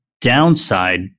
downside